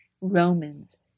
Romans